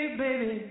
baby